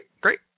great